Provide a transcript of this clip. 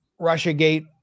Russiagate